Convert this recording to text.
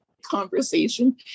Conversation